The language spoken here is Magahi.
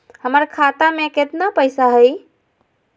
हमर खाता मे केतना पैसा हई?